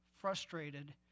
frustrated